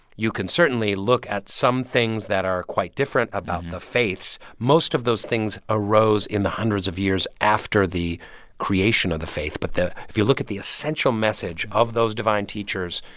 you can certainly look at some things that are quite different about the faiths. most of those things arose in the hundreds of years after the creation of the faith. but if you look at the essential message of those divine teachers,